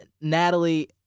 Natalie